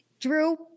Drew